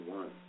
one